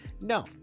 no